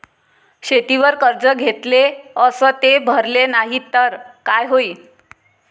शेतीवर कर्ज घेतले अस ते भरले नाही तर काय होईन?